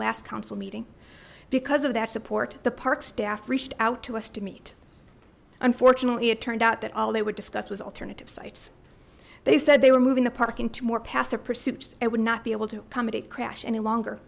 last council meeting because of that support the park staff reached out to us to meet unfortunately it turned out that all they would discuss was alternative sites they said they were moving the park into more passive pursuits i would not be able to accommodate crash any longer